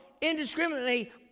indiscriminately